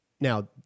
Now